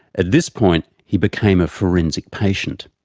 at this point he became a forensic patient.